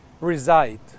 reside